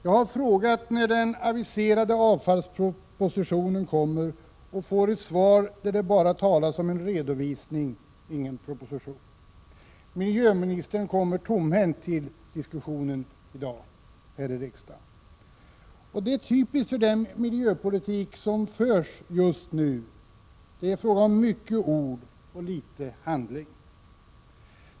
Jag har frågat när den aviserade propositionen om avfall kommer att läggas fram. Jag får ett svar där det talas om en redovisning men inte om någon proposition. Miljöministern kommer tomhänt till diskussionen här i riksdagen i dag. Detta är typiskt för den miljöpolitik som förs just nu. Det är fråga om många ord och litet handling.